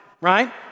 right